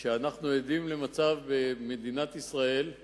שאנחנו עדים במדינת ישראל לכך